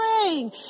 praying